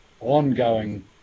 ongoing